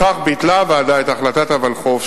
בכך ביטלה הוועדה את החלטת הוולחו"ף,